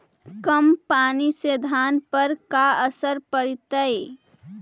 कम पनी से धान पर का असर पड़तायी?